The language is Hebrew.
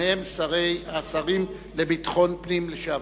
שניהם השרים לביטחון פנים לשעבר.